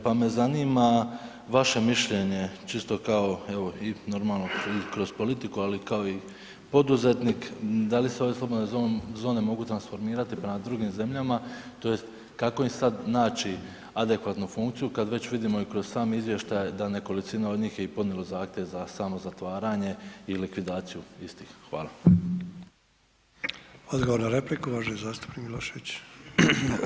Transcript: Pa me zanima vaše mišljenje, čisto kao normalno kao i kroz politiku, ali kao i poduzetnik da li se ove slobodne zone mogu transformirati prema drugim zemljama tj. kako im sada naći adekvatnu funkciju kad već vidimo i kroz sami izvještaj da nekolicina od njih je podnijela zahtjev za samozatvaranje i likvidaciju istih?